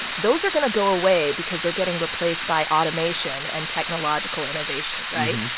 those are going to go away because they're getting replaced by automation and technological innovation, right?